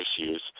issues